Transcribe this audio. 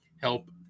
help